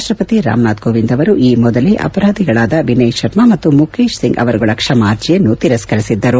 ರಾಷ್ಟ್ರಪತಿ ರಾಮನಾಥ್ ಕೋವಿಂದ್ ಅವರು ಈ ಮೊದಲೇ ಅಪರಾಧಿಗಳಾದ ವಿನಯ್ ಶರ್ಮ ಮತ್ತು ಮುಕೇಶ್ ಸಿಂಗ್ ಅವರುಗಳ ಕ್ವಮಾ ಅರ್ಜಿಯನ್ನು ತಿರಸ್ಕರಿಸಿದ್ದರು